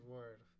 Word